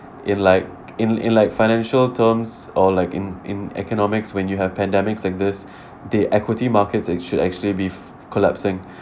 in like in in like financial terms or like in in economics when you have pandemics like this the equity markets should actually be collapsing